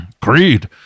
Creed